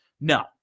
No